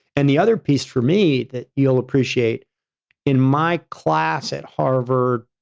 and the other piece for me that you'll appreciate in my class at harvard,